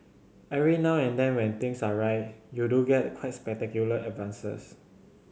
every now and then when things are right you do get quite spectacular advances